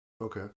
Okay